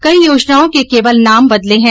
कई योजनाओं के केवल नाम बदले है